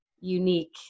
unique